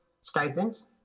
stipends